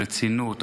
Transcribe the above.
רצינות,